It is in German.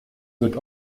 wird